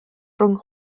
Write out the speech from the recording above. rhwng